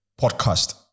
podcast